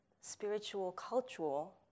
Spiritual-Cultural